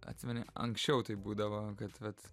atsimeni anksčiau taip būdavo kad vat